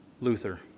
Luther